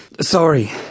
Sorry